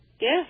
Yes